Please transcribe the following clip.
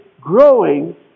growing